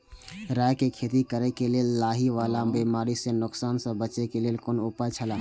राय के खेती करे के लेल लाहि वाला बिमारी स नुकसान स बचे के लेल कोन उपाय छला?